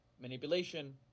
manipulation